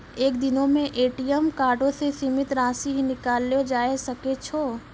एक दिनो मे ए.टी.एम कार्डो से सीमित राशि ही निकाललो जाय सकै छै